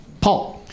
Paul